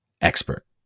expert